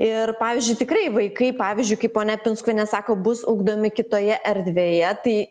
ir pavyzdžiui tikrai vaikai pavyzdžiui kaip ponia pinskuvienė sako bus ugdomi kitoje erdvėje tai